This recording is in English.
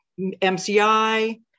MCI